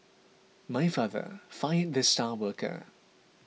my father fired the star worker